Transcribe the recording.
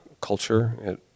culture